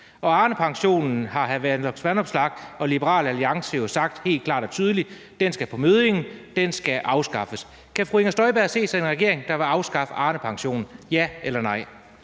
Arnepensionen har hr. Alex Vanopslagh og Liberal Alliance jo sagt helt klart og tydeligt skal på møddingen og skal afskaffes. Kan fru Inger Støjberg se sig i en regering, der vil afskaffe Arnepensionen – ja eller nej?